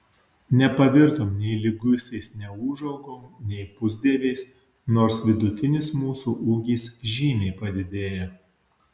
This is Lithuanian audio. nepavirtom nei liguistais neūžaugom nei pusdieviais nors vidutinis mūsų ūgis žymiai padidėjo